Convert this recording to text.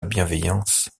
bienveillance